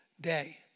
day